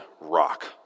rock